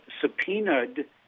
subpoenaed